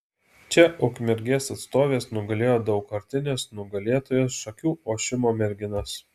čia ukmergės atstovės nugalėjo daugkartines nugalėtojas šakių ošimo merginas